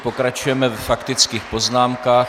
Pokračujeme ve faktických poznámkách.